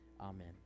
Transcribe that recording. Amen